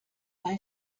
bei